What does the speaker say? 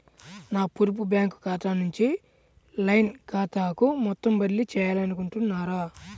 నా పొదుపు బ్యాంకు ఖాతా నుంచి లైన్ ఖాతాకు మొత్తం బదిలీ చేయాలనుకుంటున్నారా?